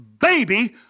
baby